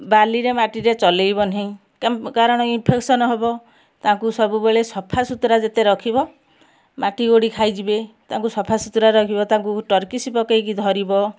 ବାଲିରେ ମାଟିରେ ଚଲେଇବ ନାହିଁ କାରଣ ଇନ୍ଫେକ୍ସନ୍ ହେବ ତାଙ୍କୁ ସବୁବେଳେ ସଫାସୁତୁରା ଯେତେ ରଖିବ ମାଟି ଗୋଡ଼ି ଖାଇଯିବେ ତାଙ୍କୁ ସଫାସୁତୁରା ରଖିବ ତାଙ୍କୁ ଟର୍କିସ୍ ପକାଇକି ଧରିବ